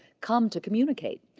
come to communicate.